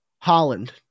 Holland